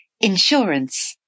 insurance